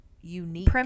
unique